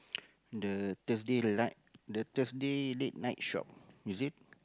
the Thursday light the Thursday late night shop is it